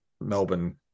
Melbourne